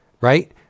Right